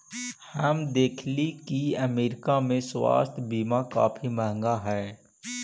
हम देखली की अमरीका में स्वास्थ्य बीमा काफी महंगा हई